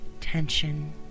tension